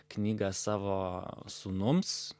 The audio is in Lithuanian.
knygą savo sūnums